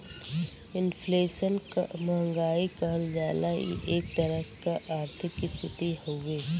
inflation क महंगाई कहल जाला इ एक तरह क आर्थिक स्थिति हउवे